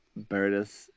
Birdus